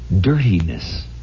dirtiness